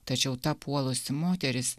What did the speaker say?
tačiau ta puolusi moteris